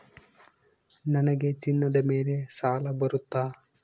ನನಗೆ ಚಿನ್ನದ ಮೇಲೆ ಸಾಲ ಬರುತ್ತಾ?